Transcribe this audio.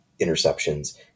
interceptions